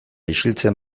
isiltzen